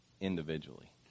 individually